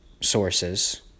sources